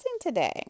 today